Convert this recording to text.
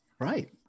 Right